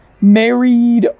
married